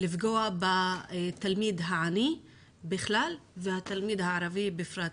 לפגוע בתלמיד העני בכלל ובתלמיד הערבי בפרט.